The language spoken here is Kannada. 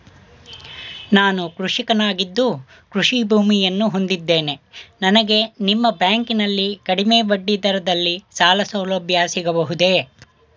ನಾನು ಕೃಷಿಕನಾಗಿದ್ದು ಕೃಷಿ ಭೂಮಿಯನ್ನು ಹೊಂದಿದ್ದೇನೆ ನನಗೆ ನಿಮ್ಮ ಬ್ಯಾಂಕಿನಲ್ಲಿ ಕಡಿಮೆ ಬಡ್ಡಿ ದರದಲ್ಲಿ ಸಾಲಸೌಲಭ್ಯ ಸಿಗಬಹುದೇ?